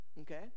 Okay